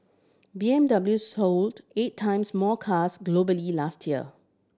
B M W sold eight times more cars globally last year